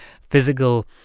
physical